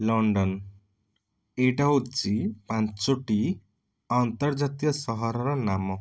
London ଏଇଟା ହେଉଛି ପାଞ୍ଚୋଟି ଆନ୍ତର୍ଜାତୀୟ ସହରର ନାମ